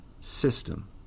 system